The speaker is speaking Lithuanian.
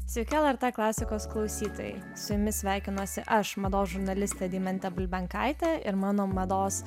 sveiki lrt klasikos klausytojai su jumis sveikinuosi aš mados žurnalistė deimantė bulbenkaitė ir mano mados